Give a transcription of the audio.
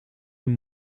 een